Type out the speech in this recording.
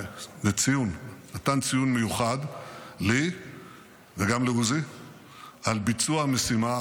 נתן ציון מיוחד לי וגם לעוזי על ביצוע המשימה.